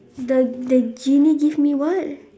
the the genie give me what